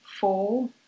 four